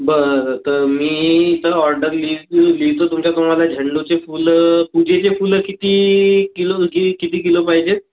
बरं तर मी इथं ऑर्डर लिहीत लिहितो तुम्हाला झंडूचे फुलं पूजेचे फुलं किती किलो किती किलो पाहिजे